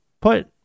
put